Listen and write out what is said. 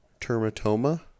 teratoma